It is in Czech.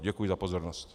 Děkuji za pozornost.